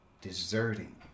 deserting